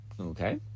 Okay